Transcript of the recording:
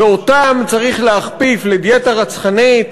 ואותם צריך להכפיף לדיאטה רצחנית,